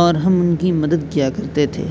اور ہم ان کی مدد کیا کرتے تھے